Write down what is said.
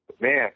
Man